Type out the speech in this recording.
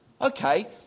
Okay